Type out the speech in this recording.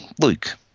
Luke